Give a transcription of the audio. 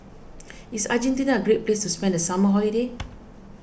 is Argentina a great place to spend the summer holiday